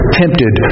tempted